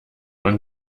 man